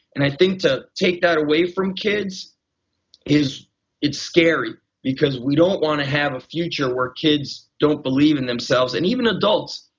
and i think to take that away from kids it's scary because we don't want to have a future where kids don't believe in themselves. and even adults,